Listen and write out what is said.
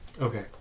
Okay